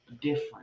different